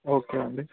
okay అండి